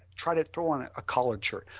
try to throw on a collared shirt.